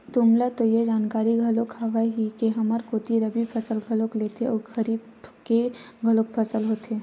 तुमला तो ये जानकारी घलोक हावे ही के हमर कोती रबि फसल घलोक लेथे अउ खरीफ के घलोक फसल होथे